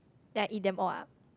then I eat them all up